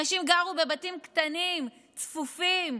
אנשים גרו בבתים קטנים, צפופים,